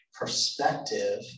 perspective